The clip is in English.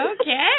Okay